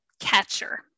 catcher